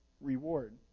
reward